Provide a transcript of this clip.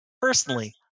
personally